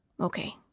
Okay